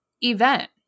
event